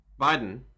Biden